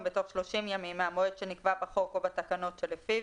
בתוך 30 ימים מהמועד שנקבע בחוק או בתקנות שלפיו